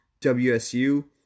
WSU